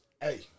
hey